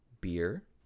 beer